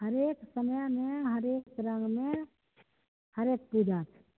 हरेक समयमे हरेक पर्बमे हरेक पूजा